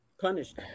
Punished